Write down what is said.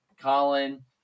Colin